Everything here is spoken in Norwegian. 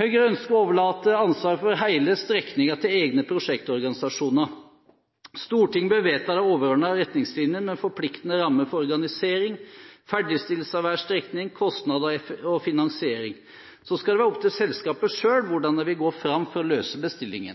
Høyre ønsker å overlate ansvaret for hele strekninger til egne prosjektorganisasjoner. Stortinget bør vedta de overordnede retningslinjene med forpliktende rammer for organisering, ferdigstillelse av hver strekning, kostnader og finansiering. Så skal det være opp til selskapet selv hvordan de vil